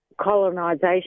colonization